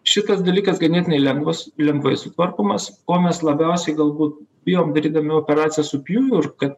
šitas dalykas ganėtinai lengvas lengvai sutvarkomas ko mes labiausiai galbūt bijom darydami operaciją su pjūviu ir kad